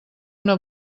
una